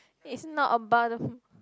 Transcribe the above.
it's not about the